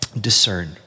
discern